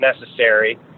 necessary